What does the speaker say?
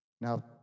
Now